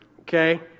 okay